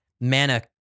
mana